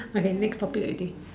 okay next topic already